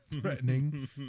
Threatening